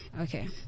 Okay